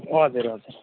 हजुर हजुर